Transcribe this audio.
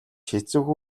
хэцүүхэн